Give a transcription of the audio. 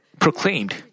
proclaimed